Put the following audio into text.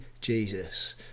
Jesus